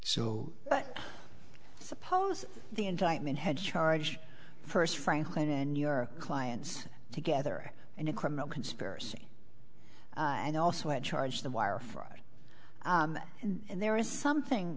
but suppose the indictment had charged first franklin and your clients together in a criminal conspiracy and also a charge the wire fraud and there is something